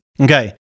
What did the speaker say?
Okay